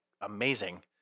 amazing